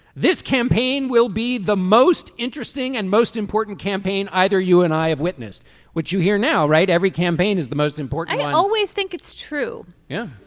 this campaign will be the most interesting and most important campaign. either you and i have witnessed what you hear now right. every campaign is the most important. i always think it's true. yeah.